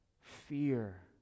fear